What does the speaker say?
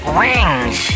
wings